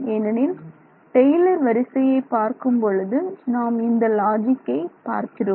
ஏனெனில் டெய்லர் வரிசையை பார்க்கும் பொழுது நாம் இந்த லாஜிக்கை பார்க்கிறோம்